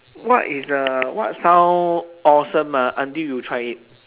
what is uh what sound awesome ah until you try it